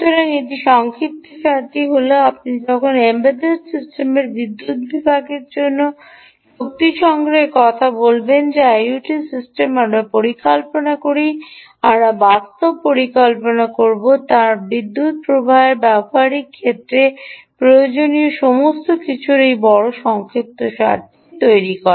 সুতরাং এই সংক্ষিপ্তসারটি হল আপনি যখন এমবেডেড সিস্টেমের বিদ্যুৎ বিভাগের জন্য শক্তি সংগ্রহের কথা বলবেন বা যে আইওটি সিস্টেমটি আমরা পরিকল্পনা করি আমরা বাস্তবে পরিকল্পনা করব তখন তাপবিদ্যুৎ ব্যবহারের ক্ষেত্রে প্রয়োজনীয় সমস্ত কিছুর একটি বড় সংক্ষিপ্তসারটি হল গঠন করা